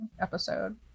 episode